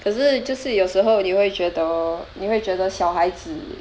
可是就是有时候你会觉得你会觉得小孩子